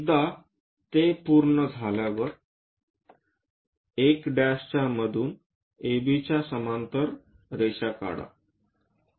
एकदा ते पूर्ण झाल्यावर 1' च्या मधून AB च्या समांतर रेषा काढा